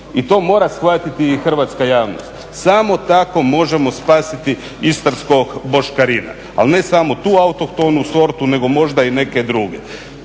I to mora shvatiti i hrvatska javnost, samo tako možemo spasiti istarskog boškarina. A ne samo tu autohtonu sortu nego možda i neke druge.